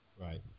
Right